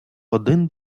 один